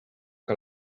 que